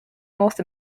north